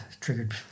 triggered